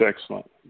excellent